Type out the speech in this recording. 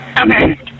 Okay